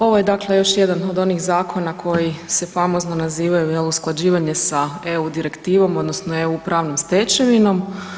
Ovo je dakle još jedan od onih zakona koji se famozno nazivaju jel usklađivanje sa EU direktivom odnosno EU pravnom stečevinom.